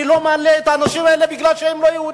אני לא מעלה את האנשים האלה כי הם לא יהודים.